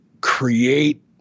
create